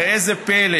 ראה זה פלא,